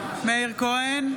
כהן,